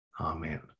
amen